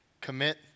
commit